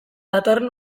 datorren